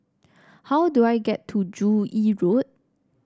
how do I get to Joo Yee Road